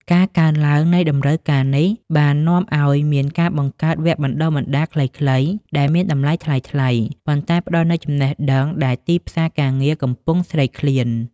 ការកើនឡើងនៃតម្រូវការនេះបាននាំឱ្យមានការបង្កើតវគ្គបណ្តុះបណ្តាលខ្លីៗដែលមានតម្លៃថ្លៃៗ ប៉ុន្តែផ្តល់នូវចំណេះដឹងដែលទីផ្សារការងារកំពុងស្រេកឃ្លាន។